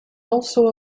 also